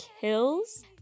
kills